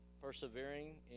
persevering